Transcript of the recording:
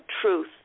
truth